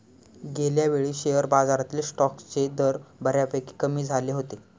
गेल्यावेळी शेअर बाजारातील स्टॉक्सचे दर बऱ्यापैकी कमी झाले होते